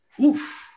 oof